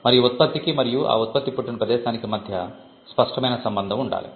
మరియు ఉత్పత్తికి మరియు ఆ ఉత్పత్తి పుట్టిన ప్రదేశానికి మధ్య స్పష్టమైన సంబంధం ఉండాలి